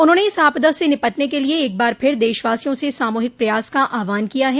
उन्होंने इस आपदा से निपटने के लिए एकबार फिर देशवासियों से सामूहिक प्रयास का आहवान किया है